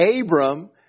Abram